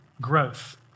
growth